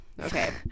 Okay